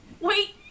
Wait